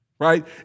Right